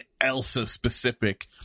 Elsa-specific